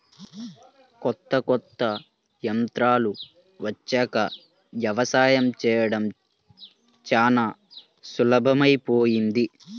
కొత్త కొత్త యంత్రాలు వచ్చాక యవసాయం చేయడం చానా సులభమైపొయ్యింది